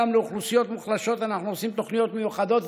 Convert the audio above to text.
גם לאוכלוסיות מוחלשות אנחנו עושים תוכניות מיוחדות,